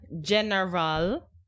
General